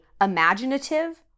imaginative